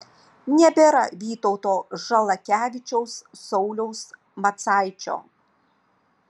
nebėra vytauto žalakevičiaus sauliaus macaičio